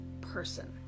person